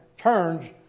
turns